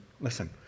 listen